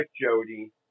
Jody